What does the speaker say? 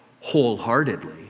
wholeheartedly